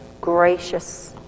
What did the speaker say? gracious